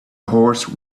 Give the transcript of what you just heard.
horse